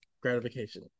gratification